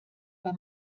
bei